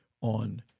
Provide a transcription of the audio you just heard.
on